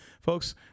Folks